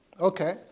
Okay